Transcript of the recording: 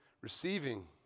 receiving